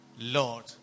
Lord